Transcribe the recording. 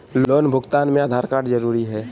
Loan भुगतान में Aadhaar card जरूरी है?